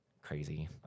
crazy